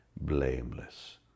blameless